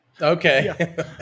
okay